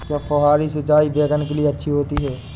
क्या फुहारी सिंचाई बैगन के लिए अच्छी होती है?